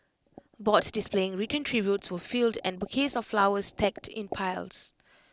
boards displaying written tributes were filled and bouquets of flowers stacked in piles